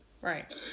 Right